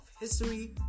History